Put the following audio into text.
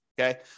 Okay